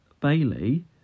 bailey